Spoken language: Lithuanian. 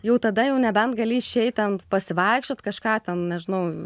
jau tada jau nebent gali išeit ten pasivaikščiot kažką ten nežinau